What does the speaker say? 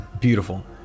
Beautiful